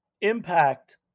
impact